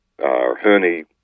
honey